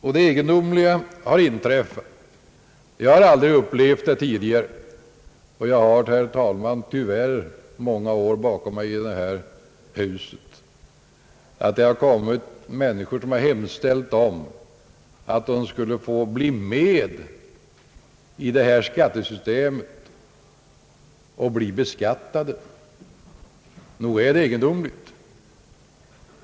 I det här sammanhanget har också något så egendomligt hänt, som att människor har begärt att få bli med i det här skattesystemet och alltså bli beskattade. Nog är detta egendomligt! Jag har personligen aldrig upplevt något sådant tidigare fast jag, herr talman, tyvärr har många år bakom mig i det här riksdagshuset.